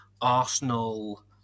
Arsenal